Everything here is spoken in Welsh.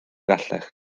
gallech